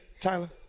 Tyler